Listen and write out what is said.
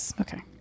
Okay